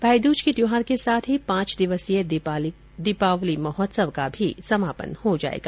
भाईदूज के त्योहार के साथ ही पांच दिवसीय दीपावली महोत्सव का भी समापन हो जाएगा